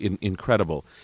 incredible